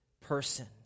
person